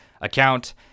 account